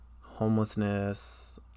homelessness